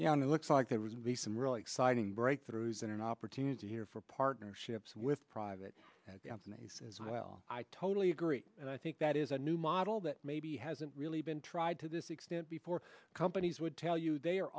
you know and it looks like there was be some really exciting breakthroughs and an opportunity here for partnerships with private companies as well i totally agree and i think that is a new model that maybe hasn't really been tried to this extent before companies would tell you they are